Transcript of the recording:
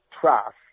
trust